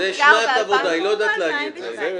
זו שנת עבודה, היא לא יודעת להגיד את זה.